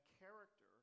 character